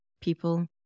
people